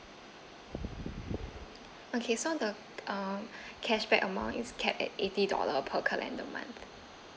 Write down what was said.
okay so the uh cashback amount is capped at eighty dollar per calendar month